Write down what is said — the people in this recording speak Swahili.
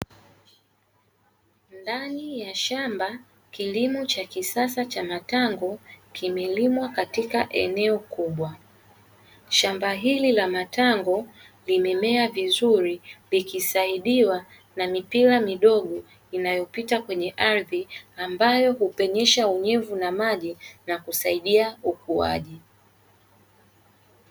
Ndani ya shamba, kilimo cha kisasa cha matango kimelimwa katika eneo kubwa. Shamba hili la matango limemea vizuri, vikisaidiwa na mipira midogo inayopita kwenye ardhi, ambayo hupenyesha unyevu na maji na kusaidia ukuaji.